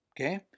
okay